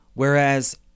Whereas